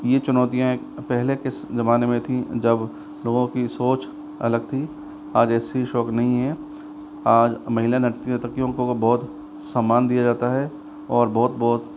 यह चुनौतियाँ पहले किस ज़माने में थी जब लोगों की सोच अलग थी आज ऐसी शौक नहीं हैं आज महिला नृत्य नर्तकियों को बहुत सम्मान दिया जाता है और बहुत बहुत